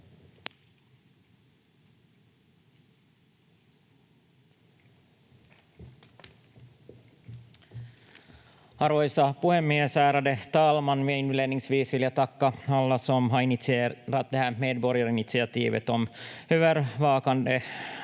Arvoisa puhemies, ärade talman! Inledningsvis vill jag tacka alla som har initierat det här medborgarinitiativet om övervakade